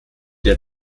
der